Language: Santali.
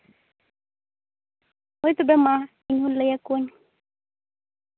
ᱦᱳᱭ ᱛᱚᱵᱮ ᱢᱟ ᱤᱧᱦᱚᱸ ᱞᱟᱹᱭ ᱟᱠᱚᱣᱟᱹᱧ